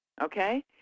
okay